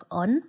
on